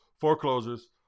Foreclosures